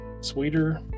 sweeter